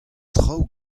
traoù